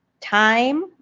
time